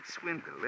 swindle